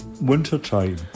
wintertime